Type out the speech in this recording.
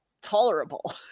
tolerable